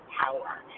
power